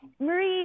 Marie